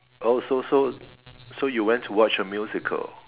oh so so so you went to watch a musical